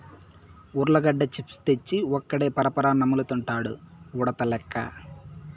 ఉర్లగడ్డ చిప్స్ తెచ్చి ఒక్కడే పరపరా నములుతండాడు ఉడతలెక్క